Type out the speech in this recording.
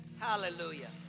Hallelujah